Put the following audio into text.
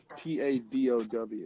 T-A-D-O-W